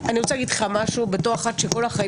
אני רוצה להגיד לך משהו כמי שכל החיים